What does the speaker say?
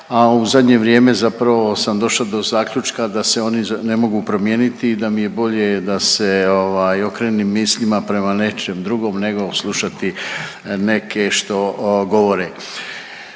a u zadnje vrijeme zapravo sam došao do zaključka da se oni ne mogu promijeniti i da mi je bolje da se ovaj okrenem mislima prema nečem drugom nego slušati neke što govore.